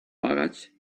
baggage